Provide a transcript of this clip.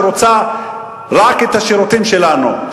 שרוצה רק את השירותים שלנו,